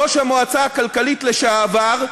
ראש המועצה הכלכלית לשעבר,